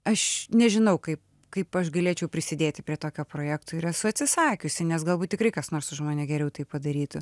aš nežinau kaip kaip aš galėčiau prisidėti prie tokio projekto ir esu atsisakiusi nes galbūt tikrai kas nors už mane geriau tai padarytų